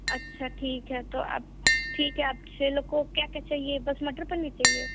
अच्छा ठीक है तो आप ठीक है आप छः लोग को क्या क्या चाहिए बस मटर पनीर चाहिए